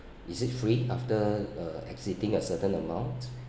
is it free after uh exceeding a certain amount